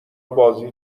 بازی